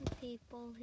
People